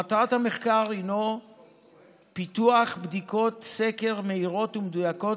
מטרת המחקר היא פיתוח בדיקות סקר מהירות ומדויקות